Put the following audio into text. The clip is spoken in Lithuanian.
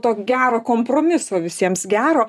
to gero kompromiso visiems gero